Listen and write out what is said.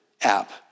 app